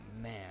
man